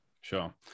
Sure